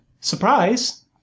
surprise